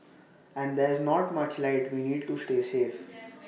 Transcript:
and there's not much light we need to stay safe